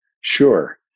Sure